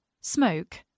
smoke